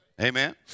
Amen